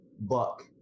Buck